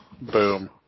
Boom